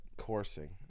Coursing